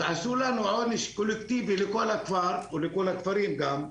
אז עשו לנו עונש קולקטיבי לכל הכפר ולכל הכפרים גם,